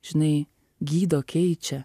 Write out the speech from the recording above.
žinai gydo keičia